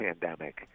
pandemic